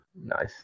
Nice